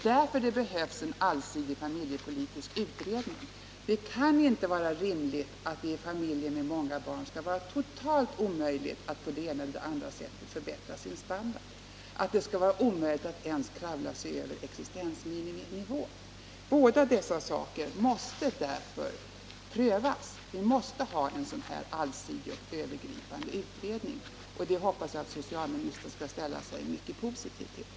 Därför behövs det en allsidig familjepolitisk utredning. Det kan inte vara rimligt att det i familjer med många barn skall vara totalt omöjligt att på det ena eller det andra sättet förbättra sin standard, att det skall vara omöjligt att ens kravla sig över existensminiminivån. Båda dessa saker måste därför prövas. Vi måste ha en allsidig, övergripande utredning, och det hoppas jag att socialministern kommer att ställa sig mycket positiv till.